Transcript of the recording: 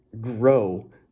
grow